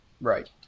right